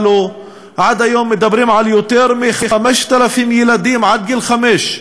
עד היום מדברים על יותר מ-5,000 ילדים עד גיל חמש,